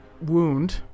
wound